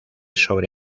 sobre